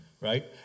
Right